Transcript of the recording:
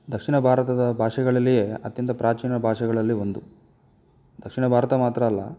ದಕ್ಷಿಣ ಭಾರತದ ಭಾಷೆಗಳಲ್ಲಿಯೇ ಅತ್ಯಂತ ಪ್ರಾಚೀನ ಭಾಷೆಗಳಲ್ಲಿ ಒಂದು ದಕ್ಷಿಣ ಭಾರತ ಮಾತ್ರ ಅಲ್ಲ